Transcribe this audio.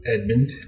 Edmund